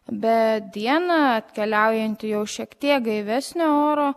bet dieną atkeliaujanti jau šiek tiek gaivesnio oro